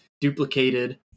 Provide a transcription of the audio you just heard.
duplicated